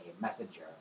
messenger